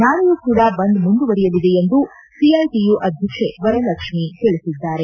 ನಾಳೆಯೂ ಕೂಡ ಬಂದ್ ಮುಂದುವರಿಯಲಿದೆ ಎಂದು ಸಿಐಟಿಯು ಅಧ್ಯಕ್ಷೆ ವರಲಕ್ಷ್ಮಿ ತಿಳಿಸಿದ್ದಾರೆ